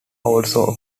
also